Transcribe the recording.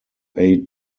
eight